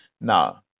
Now